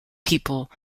people